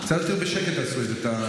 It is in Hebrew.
קצת יותר בשקט תעשו את זה.